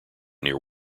near